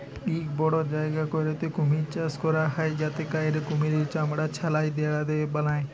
ইক বড় জায়গা ক্যইরে কুমহির চাষ ক্যরা হ্যয় যাতে ক্যইরে কুমহিরের চামড়া ছাড়াঁয় লেদার বালায়